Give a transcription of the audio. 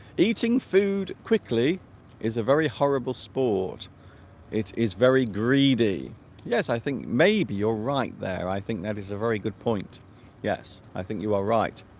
eating food quickly is a very horrible sport it is very greedy yes i think maybe you're right there i think that is a very good point yes i think you are right